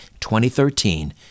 2013